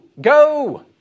Go